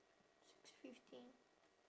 six fifteen